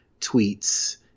tweets